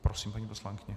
Prosím, paní poslankyně.